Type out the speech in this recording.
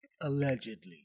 Allegedly